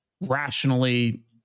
rationally